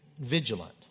vigilant